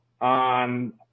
on